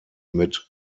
mit